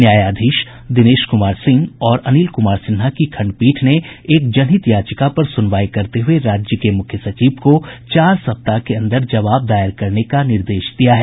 न्यायाधीश दिनेश कुमार सिंह और अनिल कुमार सिन्हा की खंडपीठ ने एक जनहित याचिका पर सुनवाई करते हुए राज्य के मुख्य सचिव को चार सप्ताह के अंदर जबाव दायर करने का निर्देश दिया है